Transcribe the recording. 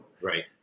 Right